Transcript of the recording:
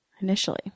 initially